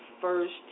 first